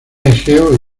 egeo